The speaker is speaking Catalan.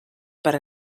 per